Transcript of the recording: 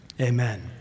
amen